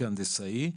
כהנדסאי,